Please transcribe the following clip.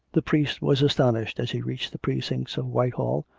the priest was astonished, as he reached the precincts of whitehall,